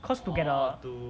cause to get a